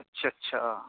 اچھا اچھا